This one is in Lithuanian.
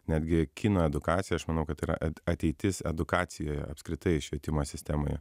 netgi kino edukacija aš manau kad yra ateitis edukacijoje apskritai švietimo sistemoje